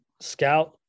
scout